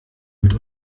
mit